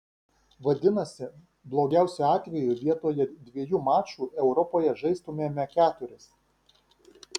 vadinasi blogiausiu atveju vietoje dviejų mačų europoje žaistumėme keturis